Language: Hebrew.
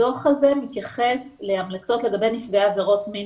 הדוח הזה מתייחס להמלצות לגבי נפגעי עבירות מין